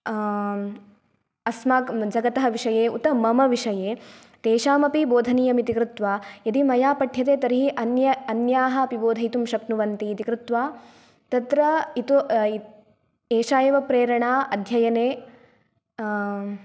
अस्माकं जगतः विषये उत मम विषये तेषामपि बोधनीयमिति कृत्वा यदि मया पठ्यते तर्हि अन्य अन्याः अपि बोधयितुं शक्नुवन्ति इति कृत्वा तत्र इतो एषा एव प्रेरणा अध्ययने